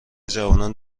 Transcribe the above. جوان